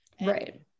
right